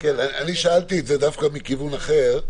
--- שאלתי את זה דווקא מכיוון אחר,